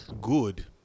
Good